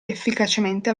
efficacemente